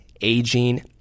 aging